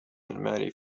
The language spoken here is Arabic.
المال